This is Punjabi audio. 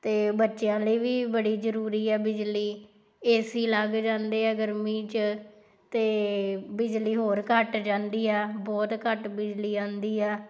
ਅਤੇ ਬੱਚਿਆਂ ਲਈ ਵੀ ਬੜੀ ਜ਼ਰੂਰੀ ਹੈ ਬਿਜਲੀ ਏ ਸੀ ਲੱਗ ਜਾਂਦੇ ਆ ਗਰਮੀ 'ਚ ਤਾਂ ਬਿਜਲੀ ਹੋਰ ਘੱਟ ਜਾਂਦੀ ਆ ਬਹੁਤ ਘੱਟ ਬਿਜਲੀ ਆਉਂਦੀ ਆ